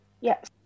Yes